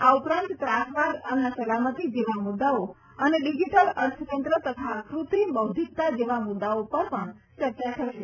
આ ઉપરાંત ત્રાસવાદ અન્ન સલામતી જેવા મુદ્દાઓ અને ડીજીટલ અર્થતંત્ર તથા કૃત્રિમ બૌદ્ધિકતા જેવા મુદ્દાઓ ઉપર પણ ચર્ચા થશે